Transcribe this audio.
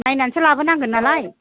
नायनानैसो लाबोनांगोन नालाय